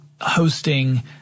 hosting